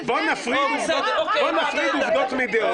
אז בוא נפריד עובדות מדעות.